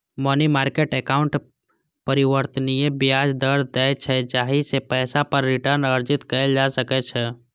money market account परिवर्तनीय ब्याज दर दै छै, जाहि सं पैसा पर रिटर्न अर्जित कैल जा सकै छै